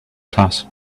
class